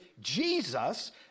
Jesus